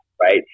right